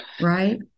right